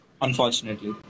Unfortunately